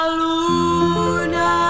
luna